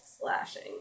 slashing